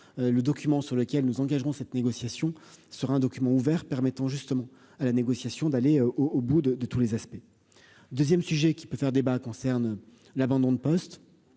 le document sur lequel nous engagerons cette négociation sur un document ouvert permettant justement à la négociation d'aller au bout de, de tous les aspects 2ème sujet qui peut faire débat concerne. L'abandon de poste,